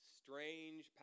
strange